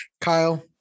Kyle